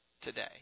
today